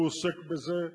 הוא עוסק בזה,